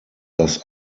das